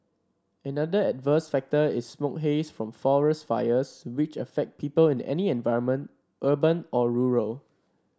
another adverse factor is smoke haze from forest fires which affect people in any environment urban or rural